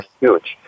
huge